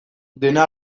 dena